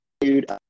dude